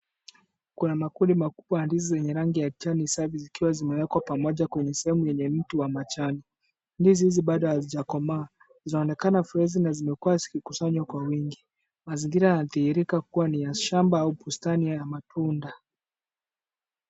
Kuna makundi makubwa ya ndizi zenye rangi ya kijani safi zikiwa zimewekwa pamoja kwenye sehemu ya mti wa majani, ndizi hizi bado hazijakomaa, zaonekana freshi na zimekua zikikusanywa kwa wingi, mazingira yadhihirika kuwa ni ya shamba au bustani ya matunda.